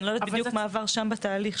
אני לא יודעת בדיוק מה עבר שם בתהליך.